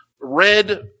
red